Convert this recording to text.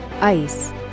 ice